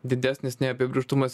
didesnis neapibrėžtumas